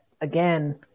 again